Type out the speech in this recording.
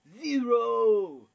zero